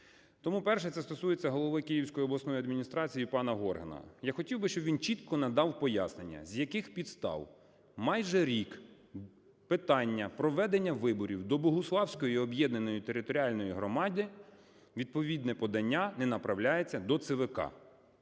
Тому перше – це стосується голови Київської обласної адміністрації пана Горгана. Я хотів би, щоб він чітко надав пояснення, з яких підстав майже рік питання проведення виборів до Богуславської об'єднаної територіальної громади, відповідне подання не направляється до ЦВК?